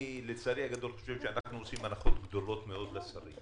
לצערי הרב אני חושב שאנחנו עושים הנחות גדולות מאוד לשרים.